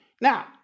Now